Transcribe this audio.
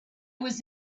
was